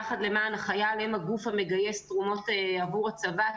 "יחד למען החייל" הם הגוף המגייס תרומות עבור הצבא,